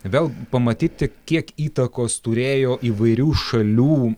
vėl pamatyti tik kiek įtakos turėjo įvairių šalių